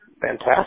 Fantastic